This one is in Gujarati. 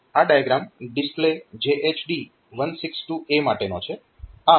આ ડાયાગ્રામ ડિસ્પ્લે JHD 162A માટેનો છે